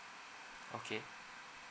okay